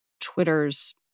Twitter's